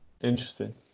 Interesting